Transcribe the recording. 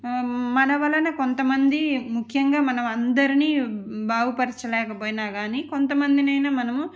మన వలన కొంతమంది ముఖ్యంగా మనమందరినీ బాగుపరచలేకపోయినా కానీ కొంతమంది నైనా మనము